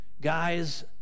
Guys